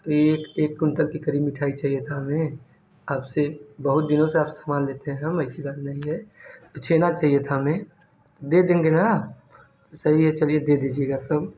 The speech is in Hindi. एक एक कुंटल के क़रीब मिठाई चाहिए था हमें आप से बहुत दिनों से आप से समान लेते हैं हम ऐसी बात नहीं है छेना चाहिए था हमें दे देंगे ना सही है चलिए दे दीजिएगा तो